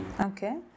okay